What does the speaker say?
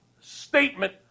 statement